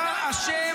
לא נכון,